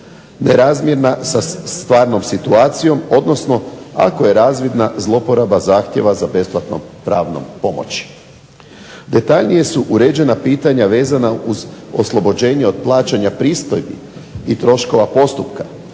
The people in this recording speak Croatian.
nerazmjerna sa stvarnom situacijom, odnosno ako je razvidna zloporaba zahtjeva za besplatnom pravnom pomoći. Detaljnije su uređena pitanja vezana uz oslobođenje od plaćanja pristojbi i troškova postupka.